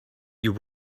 you